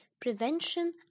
Prevention